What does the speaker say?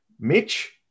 Mitch